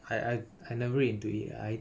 I I I never read into it eh I